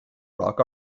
rock